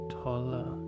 taller